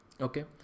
okay